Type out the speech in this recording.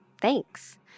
Thanks